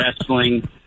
wrestling